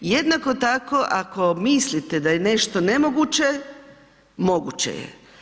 Jednako tako ako mislite da je nešto nemoguće, moguće je.